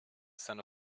seiner